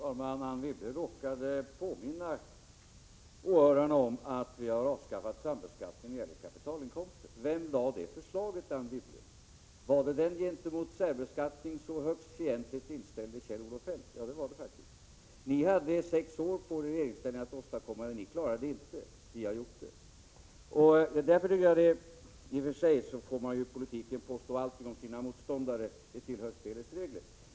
Fru talman! Anne Wibble råkade påminna åhörarna om att vi har avskaffat sambeskattningen av kapitalinkomster. Vem lade fram det förslaget, Anne Wibble? Var det den gentemot särbeskattning så högst fientligt inställde Kjell-Olof Feldt? Ja, det var det faktiskt. Ni hade sex år på er i regeringsställning att åstadkomma det. Ni klarade det inte. Vi har gjort det. I och för sig får man ju i politiken påstå allting om sina motståndare — det tillhör spelets regler.